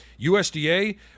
USDA